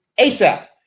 ASAP